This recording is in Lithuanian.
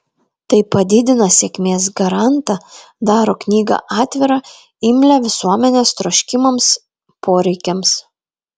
tai padidina sėkmės garantą daro knygą atvirą imlią visuomenės troškimams poreikiams